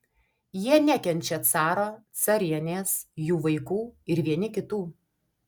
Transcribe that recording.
jie nekenčia caro carienės jų vaikų ir vieni kitų